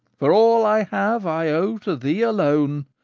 for all i have i owe to thee alone.